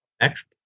Next